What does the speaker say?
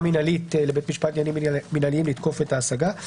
מינהלית לבית משפט לעניינים מינהליים לתקוף את ההשגה.